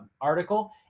article